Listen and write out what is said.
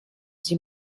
sie